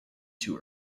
too